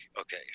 okay